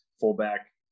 fullback